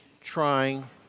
trying